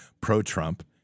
pro-Trump